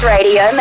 Radio